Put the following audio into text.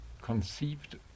conceived